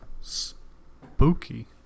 Spooky